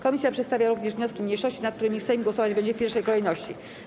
Komisja przedstawia również wnioski mniejszości, nad którymi Sejm głosować będzie w pierwszej kolejności.